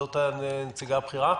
זו הנציגה הבכירה?